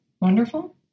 wonderful